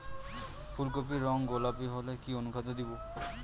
ফুল কপির রং গোলাপী হলে কি অনুখাদ্য দেবো?